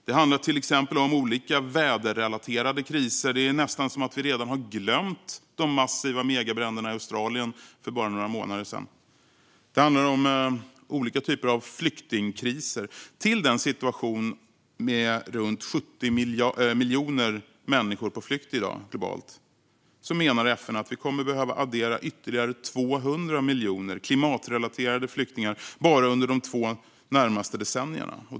Det handlar till exempel om olika väderrelaterade kriser. Det är nästan som att vi redan har glömt de massiva megabränderna i Australien för bara några månader sedan. Det handlar om olika typer av flyktingkriser. Till den situation med runt 70 miljoner människor på flykt i dag, globalt sett, menar FN att vi kommer att behöva addera ytterligare 200 miljoner klimatrelaterade flyktingar bara under de närmaste två decennierna.